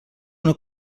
una